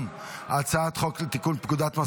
להעביר את הצעת חוק לתיקון פקודת מס